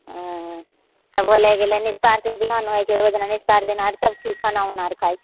तब होलाई गेलै निस्तारके बिहान होइके एगो निस्तार दिना सब किछु खाना उना खाइ छी